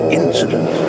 incident